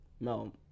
No